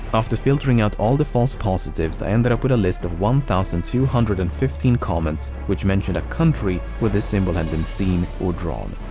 after filtering out all the false positives, i ended up with a list of one thousand two hundred and fifteen comments which mentioned a country where this symbol had been seen or drawn.